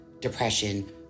depression